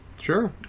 Sure